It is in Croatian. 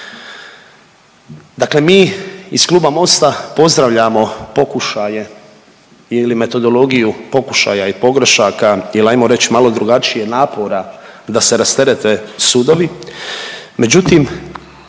Dakle, mi iz kluba MOST-a pozdravljamo pokušaje ili metodologiju pokušaja i pogrešaka ili hajmo reći malo drugačijih napora da se rasterete sudovi,